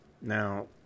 Now